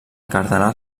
cardenal